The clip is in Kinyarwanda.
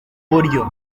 buryo